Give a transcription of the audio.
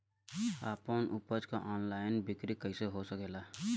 आपन उपज क ऑनलाइन बिक्री कइसे हो सकेला?